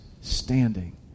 standing